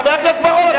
חבר הכנסת בר-און,